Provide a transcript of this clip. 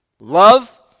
Love